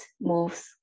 moves